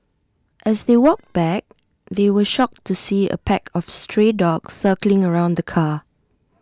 as they walked back they were shocked to see A pack of stray dogs circling around the car